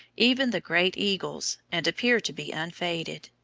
even the great eagles, and appear to be unfaded.